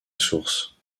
source